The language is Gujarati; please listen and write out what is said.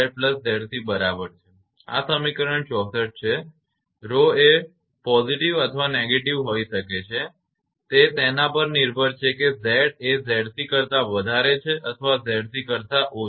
𝜌 એ positiveહકારાત્મક અથવા negativeનકારાત્મક હોઈ શકે છે તે તેના પર નિર્ભર છે કે Z એ 𝑍𝑐 કરતા વધારે છે અથવા 𝑍𝑐 કરતા ઓછું છે